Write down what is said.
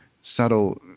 subtle